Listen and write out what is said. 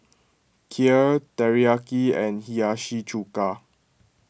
Kheer Teriyaki and Hiyashi Chuka